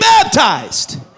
baptized